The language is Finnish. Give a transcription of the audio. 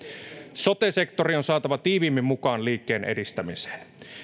sote sektori on saatava tiiviimmin mukaan liikkeen edistämiseen